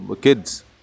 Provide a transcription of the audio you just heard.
kids